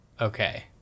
Okay